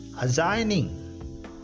assigning